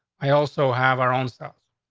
i also have our own self.